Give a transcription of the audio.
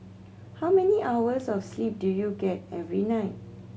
how many hours of sleep do you get every night